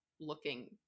looking